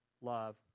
love